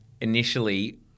initially